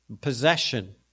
Possession